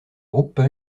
groupes